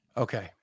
okay